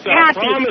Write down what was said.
happy